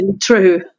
true